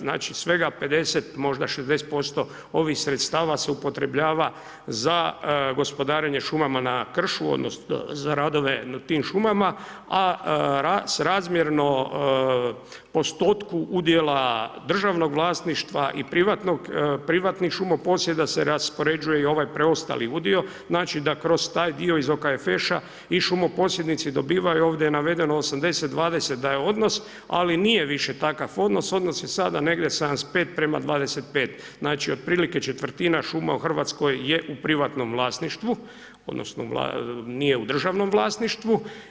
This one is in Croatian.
Znači svega 50, možda 60% ovih sredstava se upotrebljava za gospodarenje šumama na kršu odnosno za radove na tim šumama a srazmjerno postotku udjela državnog vlasništvo i privatnih šumo posjeda se raspoređuje i ovaj preostali udio, znači da kroz taj dio iz OKFŠ-a i šumoposjednici dobivaju, ovdje je navedeno 80-20 da je odnos ali nije više takav odnos, odnos sada negdje 75 prema 25, znači otprilike 1/4 šuma u Hrvatskoj je u privatnom vlasništvu odnosno nije u državnom vlasništvu.